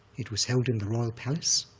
it was held in the royal palace,